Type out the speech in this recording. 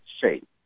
shape